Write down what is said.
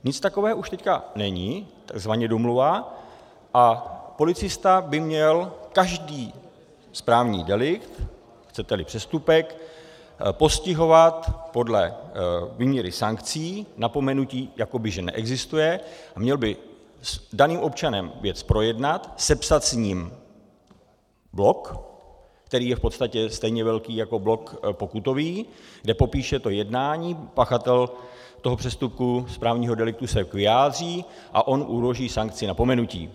Nic takového už teď není, tzv. domluva, a policista by měl každý správní delikt, chceteli přestupek, postihovat podle míry sankcí, napomenutí jakoby že neexistuje, a měl by s daným občanem věc projednat, sepsat s ním blok, který je v podstatě stejně velký jako blok pokutový, kde popíše to jednání, pachatel toho přestupku, správního deliktu, se vyjádří a on uloží sankci napomenutí.